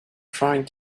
trying